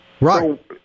Right